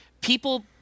people